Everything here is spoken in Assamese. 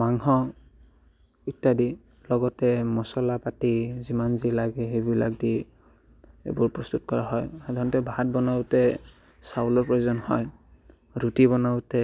মাংস ইত্যাদি লগতে মচলা পাতি যিমান যি লাগে সেইবিলাক দি এইবোৰ প্ৰস্তুত কৰা হয় সাধাৰণতে ভাত বনাওঁতে চাউলৰ প্ৰয়োজন হয় ৰুটি বনাওঁতে